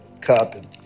cup